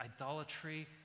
idolatry